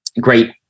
great